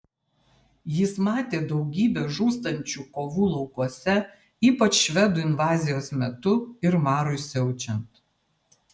jis matė daugybę žūstančių kovų laukuose ypač švedų invazijos metu ir marui siaučiant